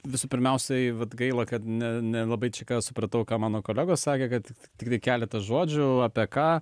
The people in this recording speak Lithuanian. visų pirmiausiai vat gaila kad ne nelabai čia ką supratau ką mano kolegos sakė kad tiktai keletas žodžių apie ką